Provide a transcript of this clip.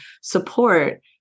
support